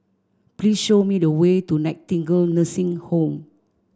please show me the way to Nightingale Nursing Home